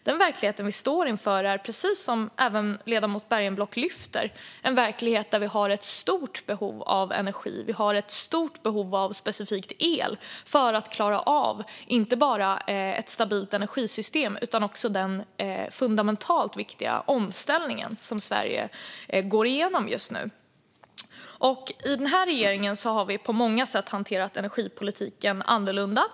Det är, precis som ledamoten Bergenblock lyfter upp, en verklighet där vi har ett stort energibehov. Vi har ett stort behov av specifikt el, för att klara av inte bara ett stabilt energisystem utan också den fundamentalt viktiga omställning som Sverige just nu går igenom. I den här regeringen har vi på många sätt hanterat energipolitiken annorlunda.